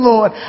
Lord